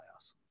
playoffs